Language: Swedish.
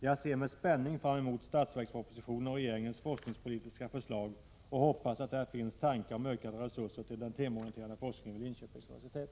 Jag ser med spänning fram mot budgetpropositionen och regeringens forskningspolitiska förslag och hoppas att där kommer att finnas tankar om ökade resurser till den temaorienterade forskningen vid Linköpings universitet.